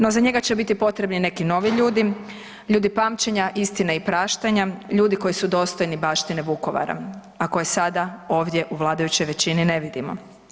No za njega će biti potrebni neki novi ljudi, ljudi pamćenja, istine i praštanja, ljudi koji su dostojni baštine Vukovara, a koje sada ovdje u vladajućoj većini ne vidimo.